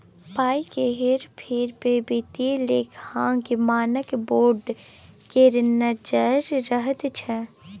पाय केर हेर फेर पर वित्तीय लेखांकन मानक बोर्ड केर नजैर रहैत छै